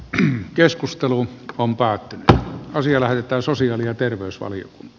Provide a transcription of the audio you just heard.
eli keskusteluun on päätettävä asia lähetetään sosiaali ja terveysvalion